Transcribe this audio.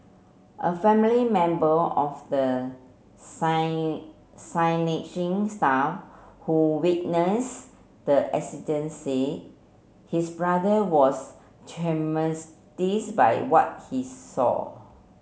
a family member of the staff who witness the accident said his brother was by what he saw